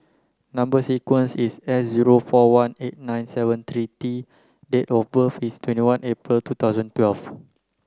number sequence is S zero four one eight nine seven three T date of birth is twenty one April two thousand twelve